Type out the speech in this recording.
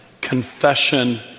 confession